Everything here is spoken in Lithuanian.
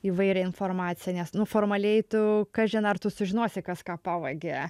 įvairią informaciją nes nu formaliai tu kažin ar tu sužinosi kas ką pavogė